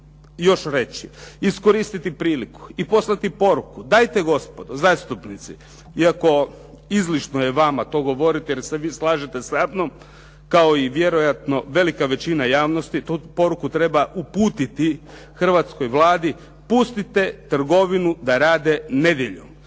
još reći, iskoristiti priliku i poslati poruku. Dajte gospodo zastupnici iako izlično je vama to govoriti jer se vi slažete samnom kao i vjerojatno velika većina javnosti, tu poruku treba uputiti hrvatskoj Vladi, pustite trgovinu da rade nedjeljom.